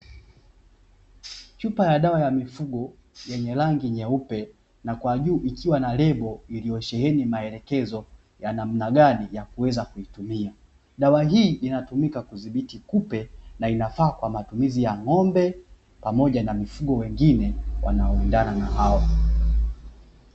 Chupa ya dawa ya mifugo yenye rangi nyeupe na kwa juu ikiwa na lebo, iliyosheheni maelekezo ya namna gani ya kuweza kuitumia. Dawa hii inatumika kudhibiti kupe na inafaa kwa matumizi ya ng'ombe, pamoja na mifugo wengine wanaoendana na hawa.